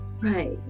Right